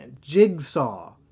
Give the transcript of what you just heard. jigsaw